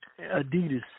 Adidas